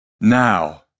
Now